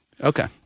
Okay